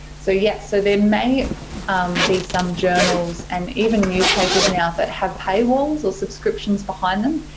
so yes so there may be some journals and even newspapers now that have pay walls or subscriptions behind them.